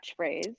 catchphrase